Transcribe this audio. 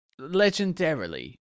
legendarily